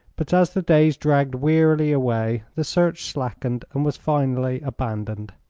but as the days dragged wearily away the search slackened and was finally abandoned.